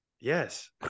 Yes